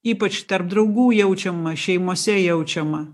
ypač tarp draugų jaučiama šeimose jaučiama